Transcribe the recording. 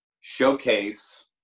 showcase